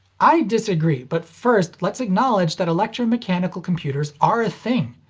i disagree, but first let's acknowledge that electromechanical computers are a thing!